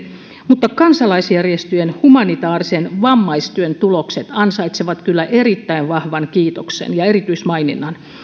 mutta kansalaisjärjestöjen humanitaarisen vammaistyön tulokset ansaitsevat kyllä erittäin vahvan kiitoksen ja erityismaininnan